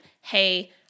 hey